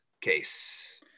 case